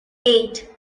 eight